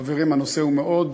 חברים, הנושא הוא מאוד